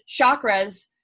chakras